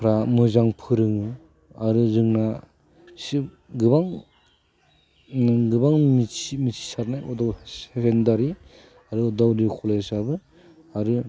फोरा मोजां फोरोङो आरो जोंना गोबां गोबां मिथिसारनाय सेखेन्दारि आरो उदालगुरि खलेजाबो आरो